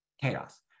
chaos